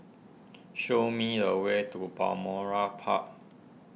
show me the way to Balmoral Park